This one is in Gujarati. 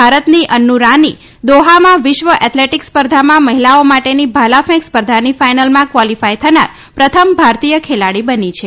ભારતની અન્નુ રાની દોહામાં વિશ્વ એથલેટીકસ સ્પર્ધામાં મહિલાઓ માટેની ભાલા ફેક સ્પર્ધાની ફાઈનલમાં કવોલીફાય થનાર પ્રથમ ભારતીય ખેલાડી બની છે